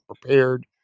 prepared